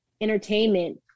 entertainment